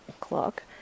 clock